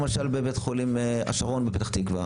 בית החולים השרון בפתח תקווה,